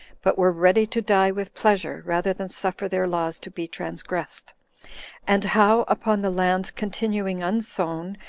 but were ready to die with pleasure, rather than suffer their laws to be transgressed and how, upon the land's continuing unsown,